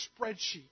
spreadsheet